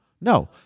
No